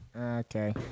Okay